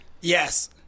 Yes